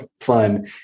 fun